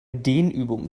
dehnübungen